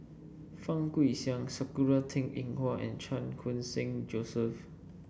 Fang Guixiang Sakura Teng Ying Hua and Chan Khun Sing Joseph